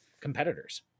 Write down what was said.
competitors